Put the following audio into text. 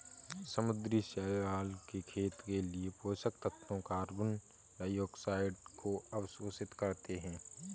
समुद्री शैवाल के खेत के लिए पोषक तत्वों कार्बन डाइऑक्साइड को अवशोषित करते है